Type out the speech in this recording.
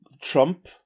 Trump